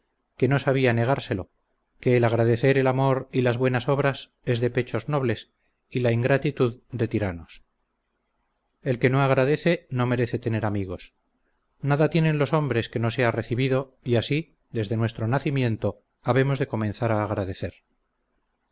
que no sabía negárselo que el agradecer el amor y las buenas obras es de pechos nobles y la ingratitud de tiranos el que no agradece no merece tener amigos nada tienen los hombres que no sea recibido y así desde nuestro nacimiento habemos de comenzar a agradecer